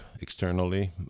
externally